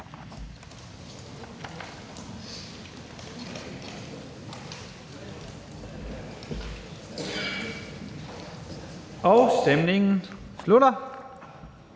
Afstemningen er afsluttet.